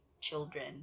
children